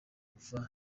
kuva